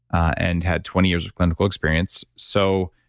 and had twenty years of clinical experience. so,